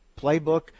playbook